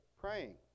praying